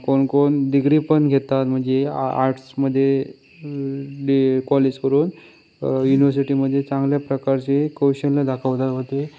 कोण कोण डिग्री पण घेतात म्हणजे आ आटसमध्ये डी कॉलेज करून युनिवसिटीमध्ये चांगल्या प्रकारचे कौशल्य दाखवतात व ते